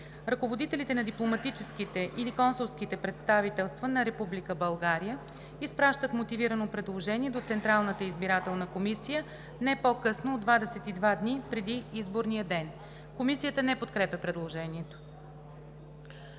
ръководителите на дипломатическите или консулските представителства на Република България изпращат мотивирано предложение до Централната избирателна комисия не по-късно от 22 дни преди изборния ден.“ Комисията не подкрепя предложението.